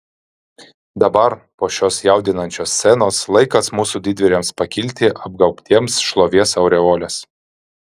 dabar po šios jaudinančios scenos laikas mūsų didvyriams pakilti apgaubtiems šlovės aureolės